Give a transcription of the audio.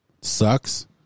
Sucks